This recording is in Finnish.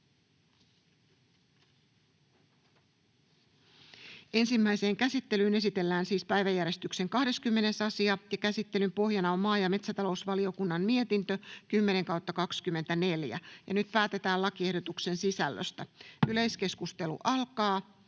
Ensimmäiseen käsittelyyn esitellään päiväjärjestyksen 6. asia. Käsittelyn pohjana on valtiovarainvaliokunnan mietintö VaVM 18/2024 vp. Nyt päätetään lakiehdotusten sisällöstä. — Yleiskeskustelu alkaa.